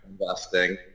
investing